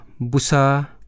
busa